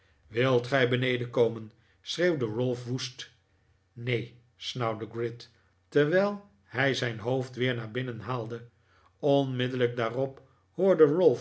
wilt gij beneden komen schreeuwde ralph woest neen snauwde gride terwijl hij zijn hoofd weer naar binnen haalde onmiddellijk daarop hoorde